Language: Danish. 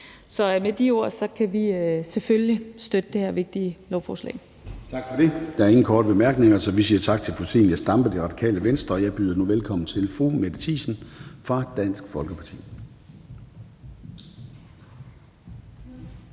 Så med de ord kan vi selvfølgelig støtte det her vigtige lovforslag. Kl. 15:46 Formanden (Søren Gade): Tak for det. Der er ingen korte bemærkninger, så vi siger tak til fru Zenia Stampe, Radikale Venstre, og jeg byder nu velkommen til fru Mette Thiesen fra Dansk Folkeparti.